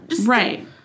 right